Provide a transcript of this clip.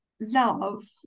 love